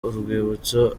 urwibutso